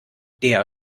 der